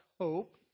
hope